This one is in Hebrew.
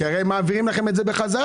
כי הרי הם מעבירים לכם את זה בחזרה.